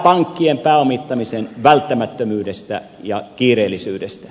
pankkien pääomittamisen välttämättömyydestä ja kiireellisyydestä